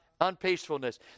Unpeacefulness